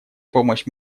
помощь